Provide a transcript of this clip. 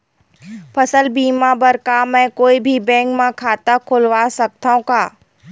फसल बीमा बर का मैं कोई भी बैंक म खाता खोलवा सकथन का?